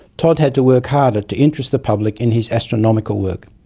todd had to work harder to interest the public in his astronomical work.